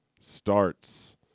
starts